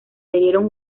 debieron